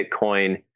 Bitcoin